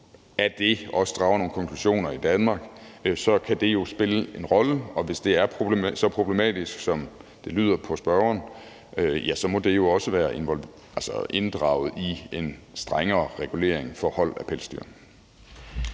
Danmark også drager nogle konklusioner af det, så kan det jo spille en rolle. Og hvis det er så problematisk, som det lyder på spørgeren, så må det jo også blive inddraget i en strengere regulering i forhold til